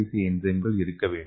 C என்சைம்கள் இருக்க வேண்டும்